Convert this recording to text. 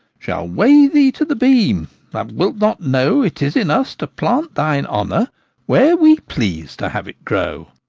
shall weigh thee to the beam that wilt not know it is in us to plant thine honour where we please to have it grow.